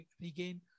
regain